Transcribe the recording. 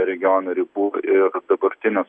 regiono ribų ir dabartinis